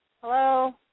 Hello